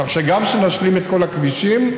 כך שגם כשנשלים את כל הכבישים,